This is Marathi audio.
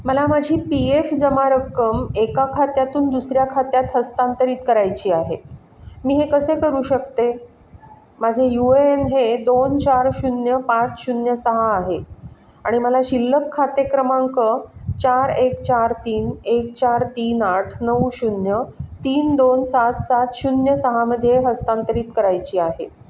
मला माझी पी एफ जमा रक्कम एका खात्यातून दुसऱ्या खात्यात हस्तांतरित करायची आहे मी हे कसे करू शकते माझे यू ए एन हे दोन चार शून्य पाच शून्य सहा आहे आणि मला शिल्लक खाते क्रमांक चार एक चार तीन एक चार तीन आठ नऊ शून्य तीन दोन सात सात शून्य सहामध्ये हस्तांतरित करायची आहे